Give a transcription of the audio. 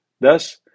Thus